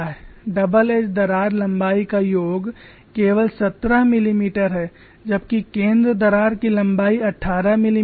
double edge दरार लंबाई का योग केवल सत्रह मिलीमीटर है जबकि केंद्र दरार की लंबाई 18 मिलीमीटर थी